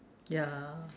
ya